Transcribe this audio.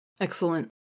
Excellent